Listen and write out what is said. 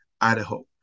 Idaho